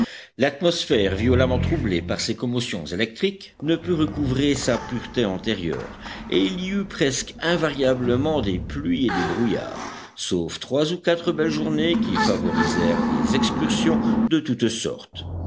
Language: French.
l'atmosphère violemment troublée par ces commotions électriques ne put recouvrer sa pureté antérieure et il y eut presque invariablement des pluies et des brouillards sauf trois ou quatre belles journées qui favorisèrent des excursions de toutes sortes